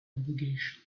obligation